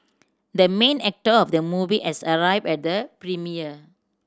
the main actor of the movie as arrived at the premiere